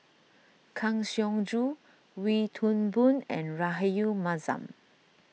Kang Siong Joo Wee Toon Boon and Rahayu Mahzam